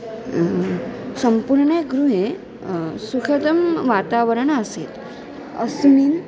सम्पूर्णे गृहे सुखदं वातावरणम् आसीत् अस्मिन्